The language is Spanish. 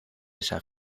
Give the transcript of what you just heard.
esa